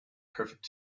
perfect